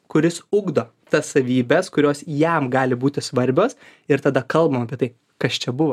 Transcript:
kuris ugdo tas savybes kurios jam gali būti svarbios ir tada kalbam apie tai kas čia buvo